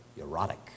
erotic